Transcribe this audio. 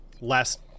last